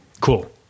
cool